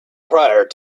prior